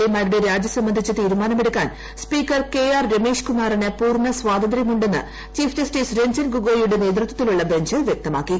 A മാ രൂടെ രാജി സംബന്ധിച്ച തീരുമാനമെടുക്കാൻ സ്പീക്കർ കെ ആർ രമേശ്കുമാറിന് പൂർണ സ്വാതന്ത്ര്യമുണ്ടെന്ന് ചീഫ്ജസ്റ്റിസ് രഞ്ജൻ ഗൊഗോയിയുടെ നേതൃത്വത്തിലുള്ള ബഞ്ച് വ്യക്തമാക്കി